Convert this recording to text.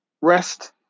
rest